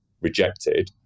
rejected